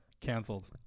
Canceled